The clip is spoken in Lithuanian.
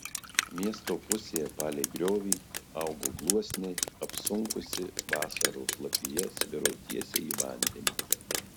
miesto pusėje palei griovį augo gluosniai apsunkusi vasaros lapija sviro tiesiai į vandenį